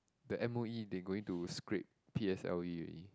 the m_o_e they going to scrap p_s_l_e already